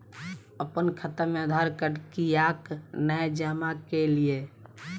अप्पन खाता मे आधारकार्ड कियाक नै जमा केलियै?